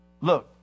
Look